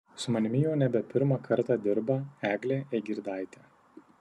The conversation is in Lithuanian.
su manimi jau nebe pirmą kartą dirba eglė eigirdaitė